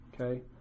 Okay